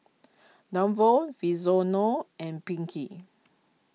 Davon Vinzeno and Pinkey